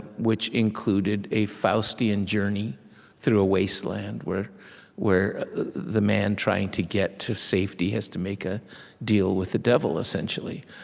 which included a faustian journey through a wasteland, where where the man trying to get to safety has to make a deal with the devil, essentially.